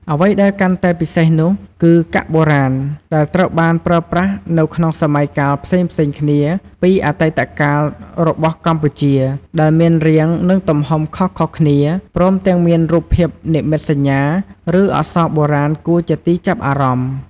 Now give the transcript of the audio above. អ្វីដែលកាន់តែពិសេសនោះគឺ កាក់បុរាណ ដែលត្រូវបានប្រើប្រាស់នៅក្នុងសម័យកាលផ្សេងៗគ្នាពីអតីតកាលរបស់កម្ពុជា ដែលមានរាង និងទំហំខុសៗគ្នា ព្រមទាំងមានរូបភាពនិមិត្តសញ្ញា ឬអក្សរបុរាណគួរជាទីចាប់អារម្មណ៍។